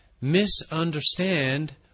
misunderstand